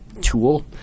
tool